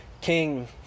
king